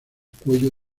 cuello